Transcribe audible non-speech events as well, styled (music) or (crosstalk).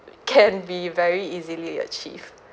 (noise) can be very easily achieved